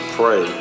pray